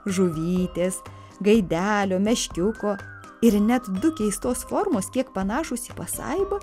žuvytės gaidelio meškiuko ir net du keistos formos kiek panašūs į pasaibą